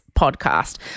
podcast